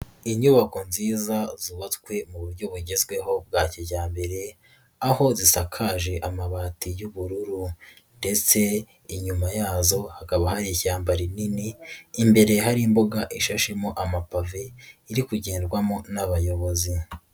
Inyubako nziza zubatswe mu buryo bugezweho bwa kijyambere, aho dutakaje amabati y'ubururu ndetse inyuma yazo hakaba hari ishyamba rinini, imbere hari imboga ishashemo amapave, iri kugendwamo n'abayobozi.